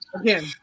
again